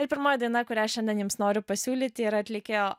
ir pirmoji daina kurią šiandien jums noriu pasiūlyti yra atlikėjo